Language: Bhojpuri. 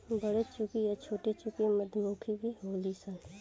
बरेचुकी आ छोटीचुकी मधुमक्खी भी होली सन